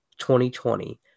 2020